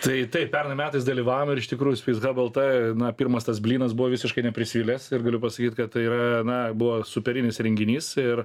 tai taip pernai metais dalyvavom ir iš tikrųjų space hub lt na pirmas tas blynas buvo visiškai neprisvilęs ir galiu pasakyt kad tai yra na buvo superinis renginys ir